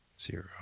Zero